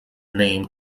name